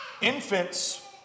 Infants